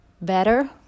better